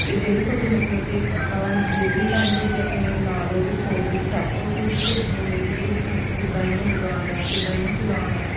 ਅਤੇ ਜਿਹੜੀ ਤੁਹਾਡੀ ਮਤਲਬ ਕਿ ਡਿਲੀਵਰੀ ਟਾਈਮ ਤੁਸੀਂ ਆਪਣੇ ਨਾਲ ਉਹਦੇ ਸਟੋਵ ਦੇ ਸਟੈਪ ਤੁਸੀਂ ਭੇਜੇ ਹੋਏ ਸੀਗੇ ਵੀ ਕ ਕਿੱਦਾਂ ਇਹਨੂੰ ਲਗਾਉਣਾ ਕਿੱਦਾਂ ਇਹਨੂੰ ਚਲਾਉਣਾ